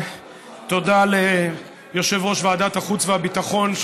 תודה ליושב-ראש ועדת החוץ והביטחון,